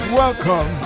welcome